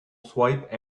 swipe